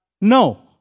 No